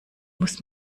muss